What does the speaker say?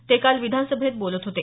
ते काल विधानसभेत बोलत होते